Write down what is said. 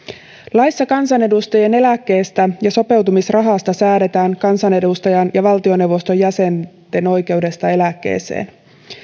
laissa kansanedustajan eläkkeestä ja sopeutumisrahasta säädetään kansanedustajan ja valtioneuvoston jäsenen oikeudesta eläkkeeseen